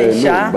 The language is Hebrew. חשבתי ששכחו נו"ן.